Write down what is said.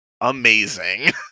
amazing